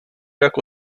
jako